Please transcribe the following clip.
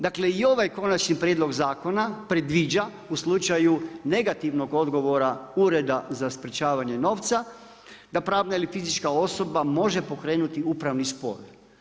Dakle, i ovaj konačni prijedlog zakona, predviđa u slučaju negativnog odgovora ureda za sprječavanje novca da pravna ili fizička osoba može pokrenuti upravni spor.